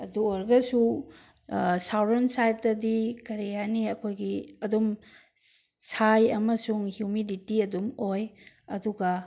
ꯑꯗꯨ ꯑꯣꯏꯔꯒꯁꯨ ꯁꯥꯎꯠꯗꯔꯟ ꯁꯥꯏꯠꯇꯗꯤ ꯀꯔꯤ ꯍꯥꯏꯅꯤ ꯑꯩꯈꯣꯏꯒꯤ ꯑꯗꯨꯝ ꯁꯥꯏ ꯑꯃꯁꯨꯡ ꯍ꯭ꯌꯨꯃꯤꯗꯤꯇꯤ ꯑꯗꯨꯝ ꯑꯣꯏ ꯑꯗꯨꯒ